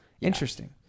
Interesting